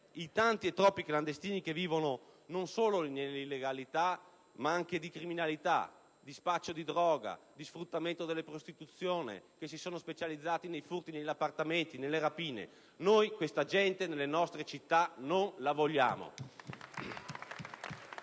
i tanti e troppi clandestini, che vivono non solo nell'illegalità ma anche di criminalità, di spaccio di droga, di sfruttamento della prostituzione e che si sono specializzati nei furti negli appartamenti e nelle rapine. Questa gente nelle nostre città noi non la vogliamo!